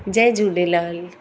Jay Jhulelal